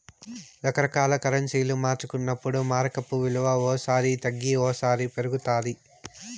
రకరకాల కరెన్సీలు మార్చుకున్నప్పుడు మారకపు విలువ ఓ సారి తగ్గి ఓసారి పెరుగుతాది